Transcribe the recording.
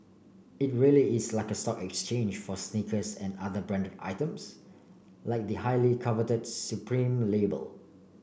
it really is like stock exchange for sneakers and other branded items like the highly coveted supreme label